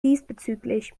diesbezüglich